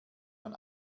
man